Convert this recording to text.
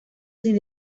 sin